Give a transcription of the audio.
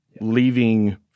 leaving